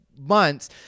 Months